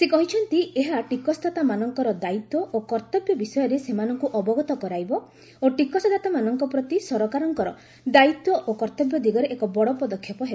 ସେ କହିଛନ୍ତି ଏହା ଟିକସଦାତାମାନଙ୍କର ଦାୟିତ୍ୱ ଓ କର୍ତ୍ତବ୍ୟ ବିଷୟରେ ସେମାନଙ୍କୁ ଅବଗତ କରାଇବ ଓ ଟିକସଦାତାମାନଙ୍କ ପ୍ରତି ସରକାରଙ୍କର ଦାୟିତ୍ୱ ଓ କର୍ଭବ୍ୟ ଦିଗରେ ଏକ ବଡ଼ ପଦକ୍ଷେପ ହେବ